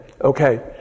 Okay